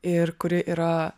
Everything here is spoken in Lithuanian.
ir kuri yra